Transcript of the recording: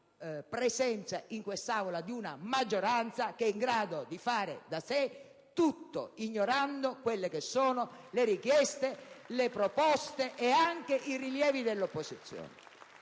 presenza in quest'Aula di una maggioranza che è in grado di fare tutto da sé, ignorando le richieste, le proposte e anche i rilievi dell'opposizione.